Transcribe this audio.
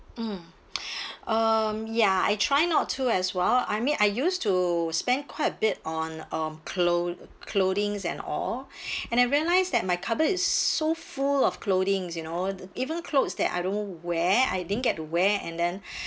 mm um ya I try not to as well I mean I used to spend quite a bit on um clo~ clothings and all and I realised that my cupboard is so full of clothings you know even clothes that I don't wear I didn't get to wear and then